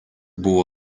buvo